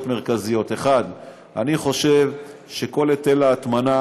מרכזיות: 1. אני חושב שכל היטל ההטמנה